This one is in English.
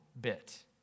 bit